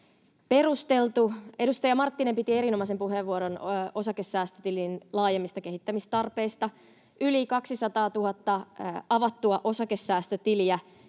perusteltu. Edustaja Marttinen piti erinomaisen puheenvuoron osakesäästötilin laajemmista kehittämistarpeista. Yli 200 000 avattua osakesäästötiliä